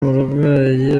umurwayi